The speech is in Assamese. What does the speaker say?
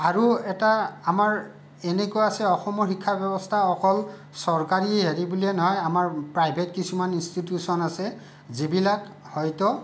আৰু এটা আমাৰ এনেকুৱা আছে অসমৰ শিক্ষাব্যৱস্থা অকল চৰকাৰী হেৰি বুলিয়ে নহয় আমাৰ প্ৰাইভেট কিছুমান ইঞ্চটিটিউচন আছে যিবিলাক হয়তো